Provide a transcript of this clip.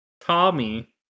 Tommy